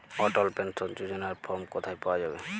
অটল pension যোজনার form কোথায় পাওয়া যাবে?